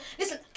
listen